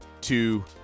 two